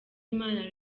imana